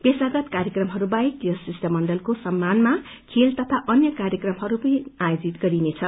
पेशावर कार्यक्रमहरूबाहेक यस शिष्टमंडलको सम्मानमा खेल तथा अन्य कार्यक्रमहय पनि आयोजित गरिनेछ